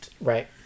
Right